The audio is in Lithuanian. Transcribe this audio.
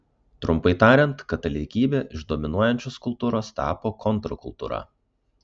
trumpai tariant katalikybė iš dominuojančios kultūros tapo kontrkultūra